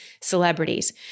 celebrities